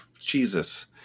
Jesus